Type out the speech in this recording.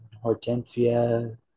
Hortensia